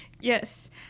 yes